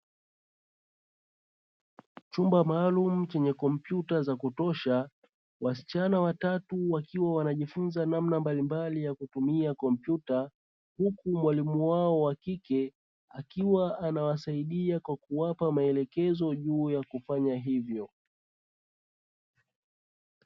Chumba maalumu chenye kompyuta za kutosha wasichana watatu wakiwa wanajifunza namna mbalimbali ya kutumia kompyuta, huku mwalimu wao wa kike akiwa anawasaidia kwa kuwapa maelekezo juu ya kufanya hivyo.